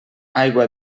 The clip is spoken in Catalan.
aigua